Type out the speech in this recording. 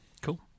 cool